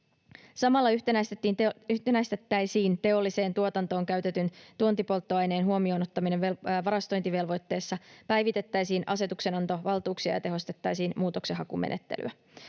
Samalla yhtenäistettäisiin teolliseen tuotantoon käytetyn tuontipolttoaineen huomioon ottaminen varastointivelvoitteessa, päivitettäisiin asetuksenantovaltuuksia ja tehostettaisiin muutoksenhakumenettelyä.